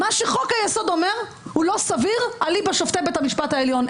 מה שחוק היסוד אומר הוא לא סביר אליבא שופטי בית המשפט העליון.